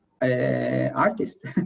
artist